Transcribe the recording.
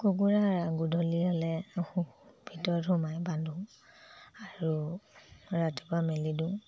কুকুুৰাৰ গধূলি হ'লে ভিতৰত সোমাই বান্ধোঁ আৰু ৰাতিপুৱা মেলি দিওঁ